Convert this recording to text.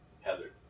Heather